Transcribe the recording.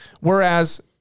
Whereas